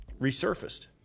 resurfaced